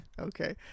Okay